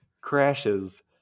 crashes